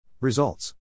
Results